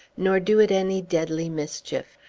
nor do it any deadly mischief.